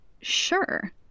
sure